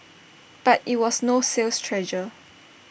but IT was no sales treasure